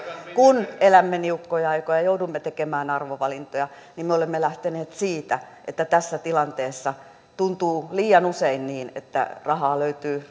kun elämme niukkoja aikoja ja joudumme tekemään arvovalintoja niin me olemme lähteneet siitä että tässä tilanteessa tuntuu liian usein siltä että rahaa löytyy